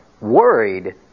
worried